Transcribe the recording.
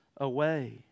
away